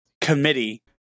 committee